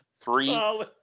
three